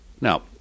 Now